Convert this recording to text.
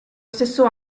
stesso